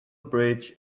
bridge